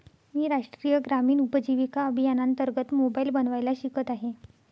मी राष्ट्रीय ग्रामीण उपजीविका अभियानांतर्गत मोबाईल बनवायला शिकत आहे